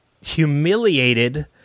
humiliated